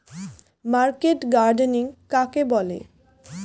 Market gardening কাকে বলে?